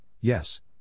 yes